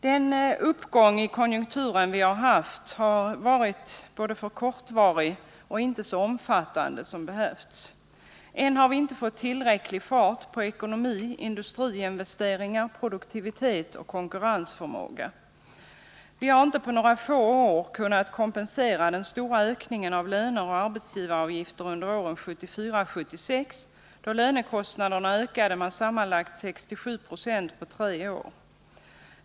Den uppgång i konjunkturen som vi har haft har varit både för kortvarig och inte så omfattande som behövts. Än har vi inte fått tillräcklig fart på ekonomi, industriinvesteringar, produktivitetet och konkurrensförmåga. Vi har inte på några få år kunnat kompensera den stora ökningen av löner och arbetsgivaravgifter under åren 1974-1976. då lönekostnaderna ökade med sammanlagt 67 96 på tre år.